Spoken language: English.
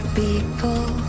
people